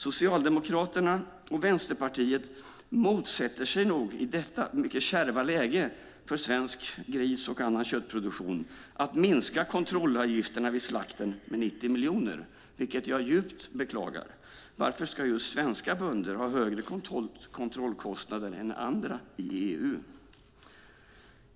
Socialdemokraterna och Vänsterpartiet motsätter sig i detta mycket kärva läge för svensk gris och annan köttproduktion förslaget att minska kontrollavgifterna för slakterierna med 90 miljoner, vilket jag djupt beklagar. Varför ska just svenska bönder ha högre kontrollkostnader än andra i EU?